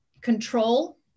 control